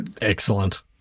Excellent